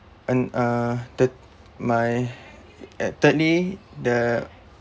and uh the my at thirdly the